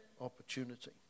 opportunity